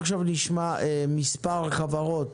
נשמע כעת מספר חברות